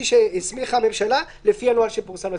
שהסמיכה הממשלה לפי הנוהל שפורסם לציבור.